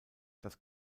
das